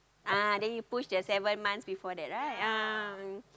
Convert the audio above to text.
ah then you push the seven months before that right ah